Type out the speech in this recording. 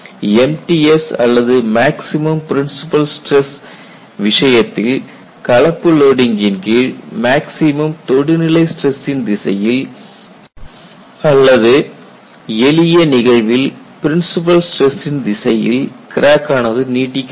MTS அல்லது maximum principal stress விஷயத்தில் கலப்பு லோடிங்கின் கீழ் மேக்ஸிமம் தொடுநிலை ஸ்டிரஸ்சின் திசையில் அல்லது எளிய நிகழ்வில் பிரின்ஸிபல் ஸ்டிரஸ்சின் திசையில் கிராக் ஆனது நீட்டிக்கப்படுகிறது